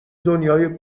دنیای